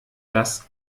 dass